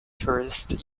tourists